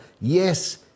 yes